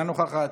אינה נוכחת,